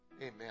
Amen